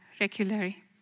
regularly